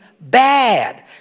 bad